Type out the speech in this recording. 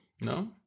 No